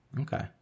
Okay